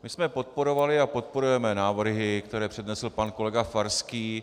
My jsme podporovali a podporujeme návrhy, které přednesl pan kolega Farský.